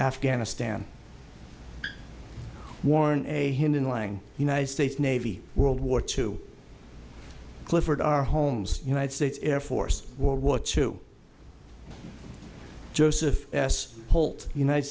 afghanistan warn a hidden lying united states navy world war two clifford our homes united states air force world war two joseph s holt united